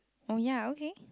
oh ya okay